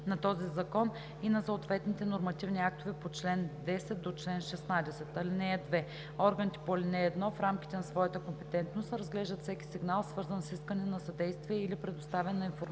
на този закон и на съответните нормативни актове по чл. 10-16. (2) Органите по ал. 1, в рамките на своята компетентност, разглеждат всеки сигнал, свързан с искане на съдействие или предоставяне на информация,